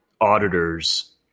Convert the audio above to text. auditors